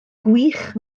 gwych